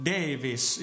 Davis